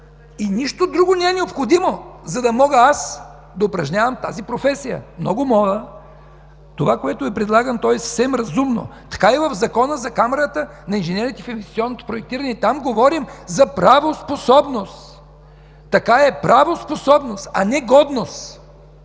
и нищо друго не е необходимо, за да мога да упражнявам тази професия. Това, което Ви предлагам, е съвсем разумно. Така е и в Закона за камарата на инженерите в инвестиционното проектиране, и там говорим за правоспособност. Така е – „правоспособност”, а не „годност”.